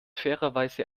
fairerweise